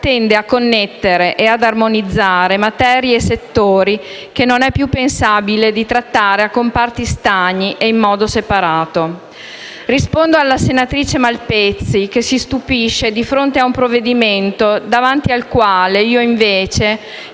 tende a connettere e ad armonizzare materie e settori che non è più pensabile di trattare a comparti stagni e in modo separato. Rispondo alla senatrice Malpezzi, che si stupisce di fronte a un provvedimento davanti al quale io, invece,